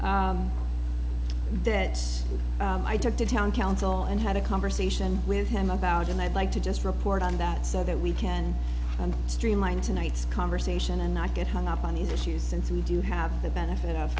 directly that i took to town council and had a conversation with him about it and i'd like to just report on that so that we can streamline tonight's conversation and not get hung up on these issues since we do have the benefit of